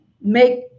make